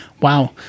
Wow